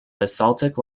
basaltic